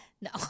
No